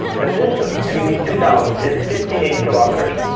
the distance between these two towns is fifty eight kilometers!